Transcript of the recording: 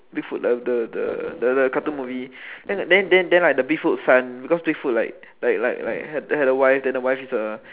big foot the the the the cartoon movie than than than like the big foot son because big foot like like like like had a wife that the wife is a